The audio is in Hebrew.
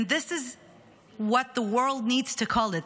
and this is what the world need to call it.